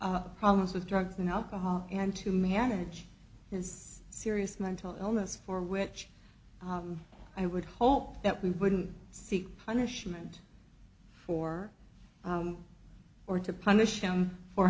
our problems with drugs and alcohol and to manage this serious mental illness for which i would hope that we wouldn't seek punishment for or to punish him for